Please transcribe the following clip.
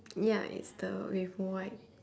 ya it's the with white